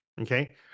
Okay